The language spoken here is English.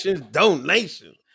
donations